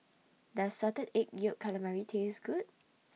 Does Salted Egg Yolk Calamari Taste Good